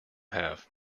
have